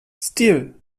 stil